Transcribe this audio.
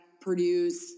produce